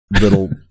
little